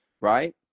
right